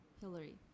Hillary